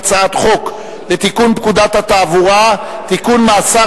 אני קובע שהצעת חוק הגבלת הפרסומת והשיווק של משקאות